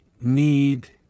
need